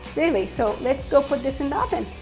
really, so let's go put this in the oven.